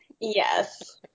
Yes